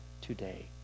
today